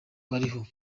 bariho